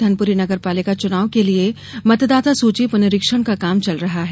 धनपुरी नगरपालिका चुनाव के लिये मतदाता सूची पुनरीक्षण का काम चल रहा है